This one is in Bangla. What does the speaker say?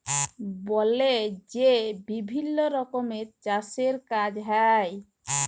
বলে যে বিভিল্ল্য রকমের চাষের কাজ হ্যয়